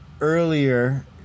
earlier